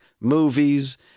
movies